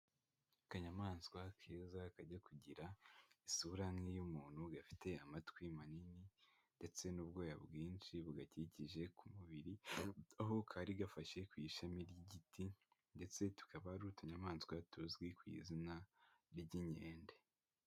Akanyamaswa keza kajya kugira isura nk'iy'umuntu, gafite amatwi manini ndetse n'ubwoya bwinshi bugakikije ku mubiri. Aho kari gafashe ku ishami ry'igiti, ndetse tukaba ari utunyamaswa tuzwi ku izina ry'inkende.